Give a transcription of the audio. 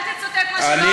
אל תצטט מה שלא אמרתי.